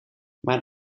mijn